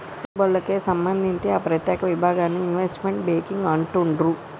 పెట్టుబడులకే సంబంధిత్తే ఆ ప్రత్యేక విభాగాన్ని ఇన్వెస్ట్మెంట్ బ్యేంకింగ్ అంటుండ్రు